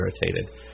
irritated